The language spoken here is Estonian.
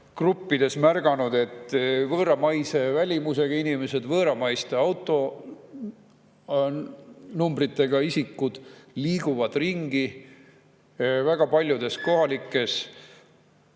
gruppides märganud, et võõramaise välimusega inimesed, võõramaiste autonumbritega isikud liiguvad ringi. Väga paljudes kohalikes